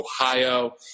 Ohio